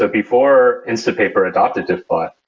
but before instapaper adopted diffbot,